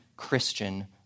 Christian